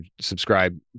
subscribe